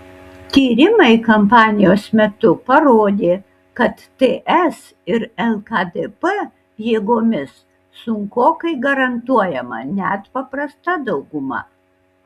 tyrimai kampanijos metu parodė kad ts ir lkdp jėgomis sunkokai garantuojama net paprasta dauguma